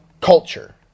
culture